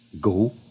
go